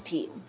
Team